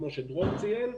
כמו שדרור ציין,